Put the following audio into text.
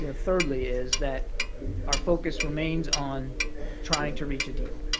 ah thirdly is that our focus remains on trying to reach a deal.